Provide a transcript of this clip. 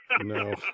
No